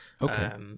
Okay